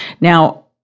Now